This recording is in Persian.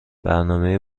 برنامه